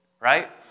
Right